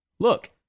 Look